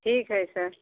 ठीक है सर